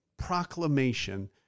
Proclamation